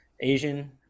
Asian